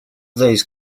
these